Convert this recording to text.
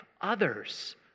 others